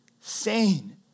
sane